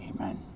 amen